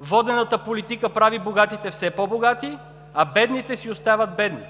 Водената политика прави богатите все по-богати, а бедните си остават бедни.